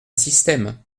système